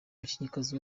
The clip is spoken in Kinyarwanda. umukinnyikazi